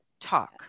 talk